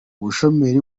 ubushomeri